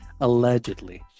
Allegedly